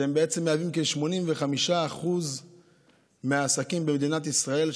שהם בעצם כ-85% מהעסקים במדינת ישראל,